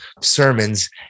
sermons